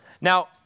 Now